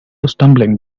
stumbling